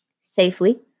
safely